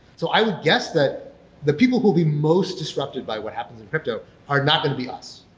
so i would guess that the people who'll be most disrupted by what happens in crypto are not going to be us.